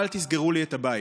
אל תסגרו לי את הבית.